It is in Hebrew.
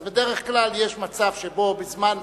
אז בדרך כלל יש מצב שבו בזמן,